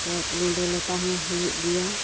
ᱥᱮ ᱞᱩᱰᱟᱹ ᱞᱚᱛᱟ ᱦᱚᱸ ᱦᱩᱭᱩᱜ ᱜᱮᱭᱟ